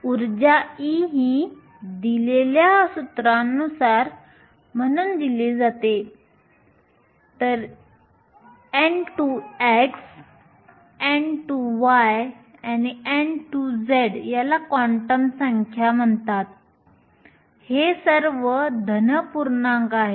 nx2 ny2 आणि nz2 याला quantum संख्या म्हणतात हे सर्व धन पूर्णांक आहेत